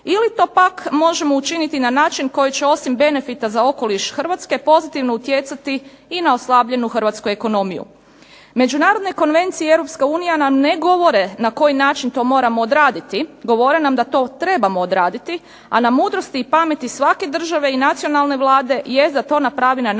ili to pak možemo učiniti na način koji će osim benefita za okoliš Hrvatske i pozitivno utjecati i na oslabljenu hrvatsku ekonomiju. Međunarodne konvencije i EU nam ne govore na koji način to moramo odraditi. Govore nam da to trebamo odraditi, a na mudrosti i pameti svake države i nacionalne vlade jest da to napravi na način na